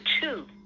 two